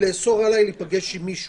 לאסור עלי להיפגש עם מישהו.